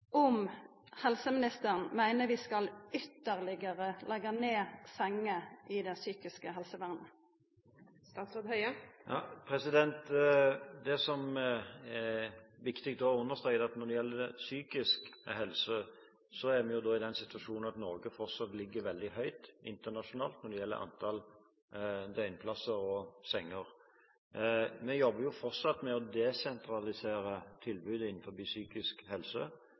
om at utviklinga har gått for langt, og at det har skjedd utan at ein har bygd opp tilstrekkeleg i den andre enden. Eg vil gjenta spørsmålet mitt: Meiner helseministeren at vi skal leggja ned ytterlegare sengeplassar i det psykiske helsevernet? Det som er viktig å understreke når det gjelder psykisk helse, er at vi er i den situasjon at Norge fortsatt ligger veldig høyt internasjonalt når det gjelder antall døgnplasser og senger. Vi